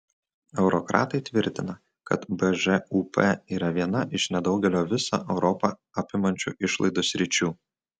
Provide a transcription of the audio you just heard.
eurokratai tvirtina kad bžūp yra viena iš nedaugelio visą europą apimančių išlaidų sričių